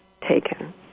taken